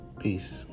Peace